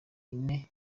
ine